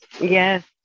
yes